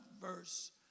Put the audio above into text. verse